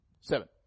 Seven